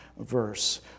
verse